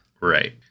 Right